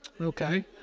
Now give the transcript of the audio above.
Okay